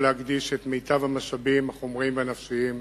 להקדיש את מיטב המשאבים החומריים והנפשיים